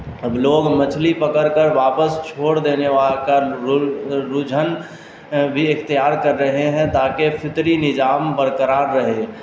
اب لوگ مچھلی پکڑ کر واپس چھوڑ دینے وا کا رجھان بھی اختیار کر رہے ہیں تاکہ فطری نظام برقرار رہے